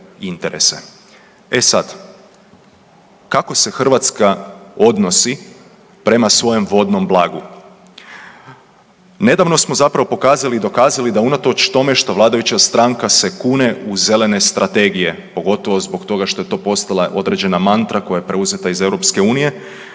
E sad, kako se Hrvatska odnosi prema svojem vodnom blagu? Nedavno smo zapravo pokazali i dokazali da unatoč tome što vladajuća stranka se kune u zelene strategije pogotovo zbog toga što je to postala određena mantra koja je preuzeta iz EU